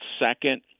second